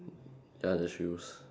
ya the shoes